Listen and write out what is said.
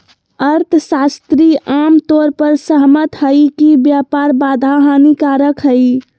अर्थशास्त्री आम तौर पर सहमत हइ कि व्यापार बाधा हानिकारक हइ